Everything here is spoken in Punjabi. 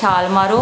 ਛਾਲ ਮਾਰੋ